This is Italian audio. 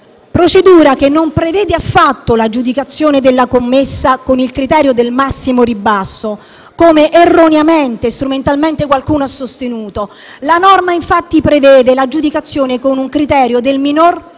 procedura che non prevede affatto l'aggiudicazione della commessa con il criterio del massimo ribasso, come erroneamente e strumentalmente qualcuno ha sostenuto. La norma infatti prevede l'aggiudicazione con il criterio del minor prezzo,